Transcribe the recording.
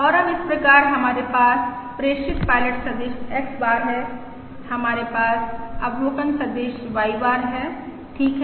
और अब इस प्रकार हमारे पास प्रेषित पायलट सदिश X बार है हमारे पास अवलोकन सदिश Y बार है ठीक है